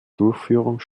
durchführung